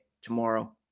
tomorrow